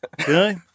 okay